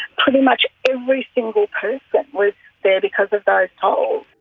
pretty much every single person was there because of those tolls.